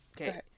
okay